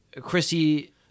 Chrissy